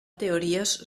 teories